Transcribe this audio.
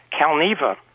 Calneva